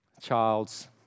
Child's